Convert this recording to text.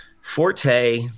Forte